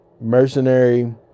mercenary